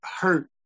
hurt